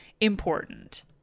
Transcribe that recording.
important